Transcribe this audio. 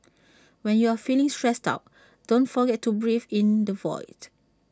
when you are feeling stressed out don't forget to breathe in the void